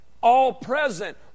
all-present